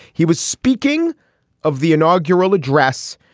he was speaking of the inaugural address,